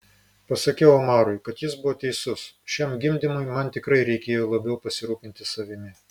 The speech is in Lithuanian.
pasakiau omarui kad jis buvo teisus šiam gimdymui man tikrai reikėjo labiau pasirūpinti savimi